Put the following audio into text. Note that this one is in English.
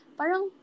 parang